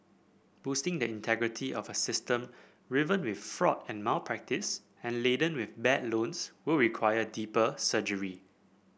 boosting the integrity of a system riven with fraud and malpractice and laden with bad loans will require deeper surgery